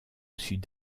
sud